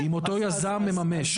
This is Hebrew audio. אם אותו יזם מממש.